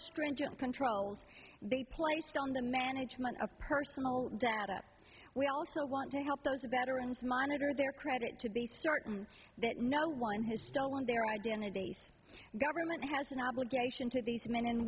stringent controls be placed on the management of personal data we also want to help those a better and to monitor their credit to be started that no one has stolen their identity a government has an obligation to these men and